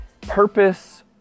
purpose